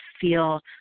feel